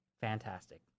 Fantastic